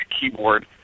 keyboard